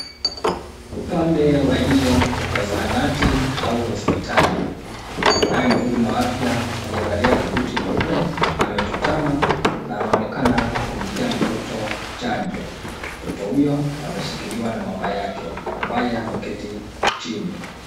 Upande wa nje wa zahanati au hospitali. Kunaye mhudumu wa afya aliyevalia kabuti nyeupe amechutama na anaonekana kumpea mtoto chanjo. Mtoto huyo ameshikiliwa na mama yake ambaye ameketi chini.